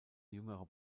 jüngerer